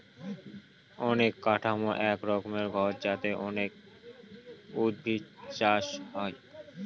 অবকাঠামো এক রকমের ঘর যাতে অনেক উদ্ভিদ চাষ হয়